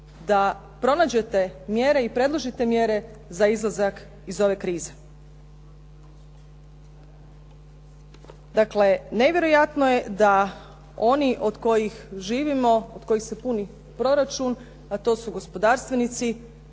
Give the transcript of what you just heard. da pronađete mjere i predložite mjere za izlazak iz ove krize. Dakle, nevjerojatno je da oni od kojih živimo, od kojih se puni proračun, a to su gospodarstvenici,